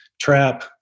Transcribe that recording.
trap